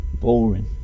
boring